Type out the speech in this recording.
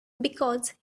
because